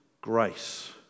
grace